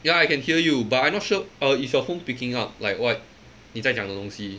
ya I can hear you but I not sure uh is your phone picking up like what 你在讲的东西